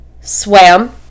swam